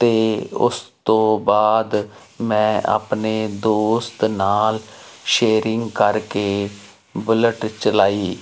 ਤਾਂ ਉਸ ਤੋਂ ਬਾਅਦ ਮੈਂ ਆਪਣੇ ਦੋਸਤ ਨਾਲ ਸ਼ੇਅਰਿੰਗ ਕਰਕੇ ਬੁਲਟ ਚਲਾਈ